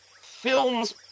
films